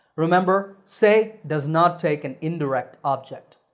remember say does not take an indirect object.